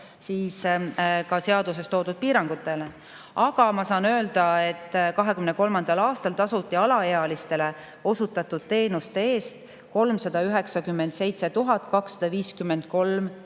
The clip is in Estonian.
ka seaduses toodud piirangutele. Aga ma saan öelda, et 2023. aastal tasuti alaealistele osutatud teenuste eest 397 253